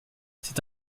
c’est